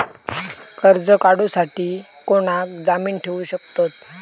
कर्ज काढूसाठी कोणाक जामीन ठेवू शकतव?